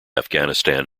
afghanistan